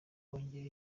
kongera